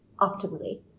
optimally